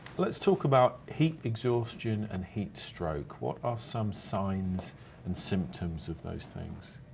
let's talk about heat exhaustion and heatstroke. what are some signs and symptoms of those things?